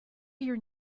your